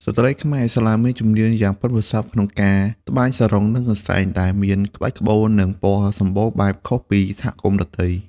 ស្ត្រីខ្មែរឥស្លាមមានជំនាញយ៉ាងប៉ិនប្រសប់ក្នុងការត្បាញសារុង និងកន្សែង ដែលមានក្បាច់ក្បូរ និងពណ៌សំបូរបែបខុសពីសហគមន៍ដទៃ។